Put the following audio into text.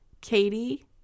Katie